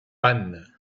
panne